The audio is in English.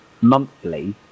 monthly